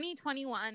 2021